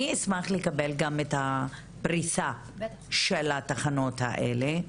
אשמח גם לקבל את הפריסה של התחנות האלה,